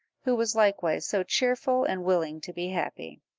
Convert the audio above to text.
who was likewise so cheerful and willing to be happy.